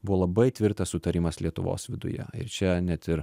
buvo labai tvirtas sutarimas lietuvos viduje ir čia net ir